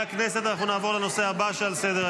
56 בעד, אחד נגד, אחד נמנע, 48 נוכחים.